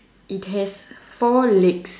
it has four legs